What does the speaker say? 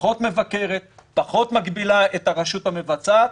פחות מבקרת, פחות מגבילה את הרשות המבצעת,